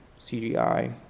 CGI